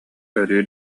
өрүү